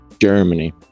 Germany